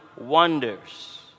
wonders